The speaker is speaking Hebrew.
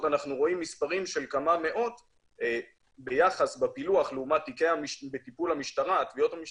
אנחנו רואים מספרים של כמה מאות בפילוח לעומת התביעות המשטרתיות,